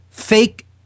fake